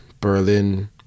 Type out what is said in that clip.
Berlin